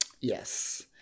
Yes